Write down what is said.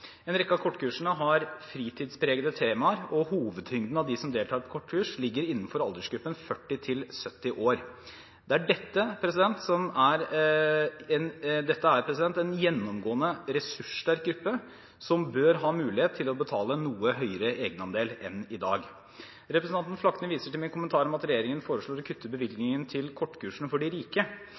En rekke av kortkursene har fritidspregede temaer, og hovedtyngden av de som deltar på kortkurs, ligger innenfor aldersgruppen 40–70 år. Dette er en gjennomgående ressurssterk gruppe, som bør ha mulighet til å betale en noe høyere egenandel enn i dag. Representanten Flakne viser til min kommentar om at regjeringen foreslår å kutte bevilgningen til «kortkursene for de rike».